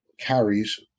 carries